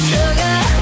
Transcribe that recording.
Sugar